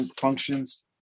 functions